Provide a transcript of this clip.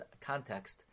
context